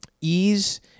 ease